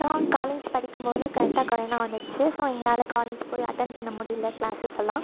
நான் காலேஜ் படிக்கும்போது கரெக்டாக கொரேனா வந்துட்ச்சு ஸோ எங்களால் காலேஜ் போய் அட்டண்ட் பண்ண முடியல கிளாஸஸ் எல்லாம்